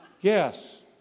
Yes